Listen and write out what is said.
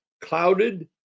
clouded